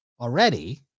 already